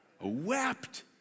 wept